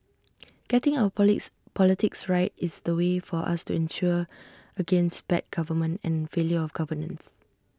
getting our Police politics right is the way for us to insure against bad government and failure of governance